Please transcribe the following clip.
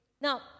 Now